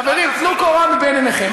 חברים, טלו קורה מבין עיניכם.